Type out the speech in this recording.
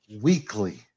weekly